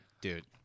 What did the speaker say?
dude